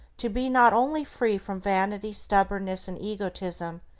to be not only free from vanity, stubbornness and egotism,